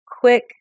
quick